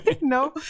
no